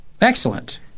Excellent